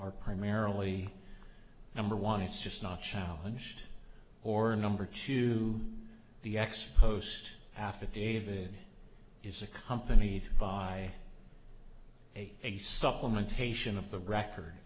are primarily number one it's just not challenge or number two the ex post after david is accompanied by a supplement taishan of the record